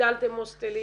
הגדלתם הוסטלים,